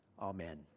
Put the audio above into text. Amen